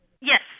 yes